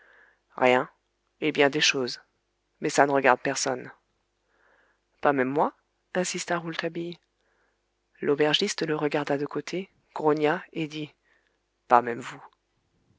rien et bien des choses mais ça ne regarde personne pas même moi insista rouletabille l'aubergiste le regarda de côté grogna et dit pas même vous